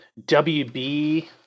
WB